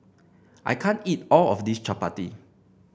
I can't eat all of this Chapati